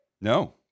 No